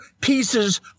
pieces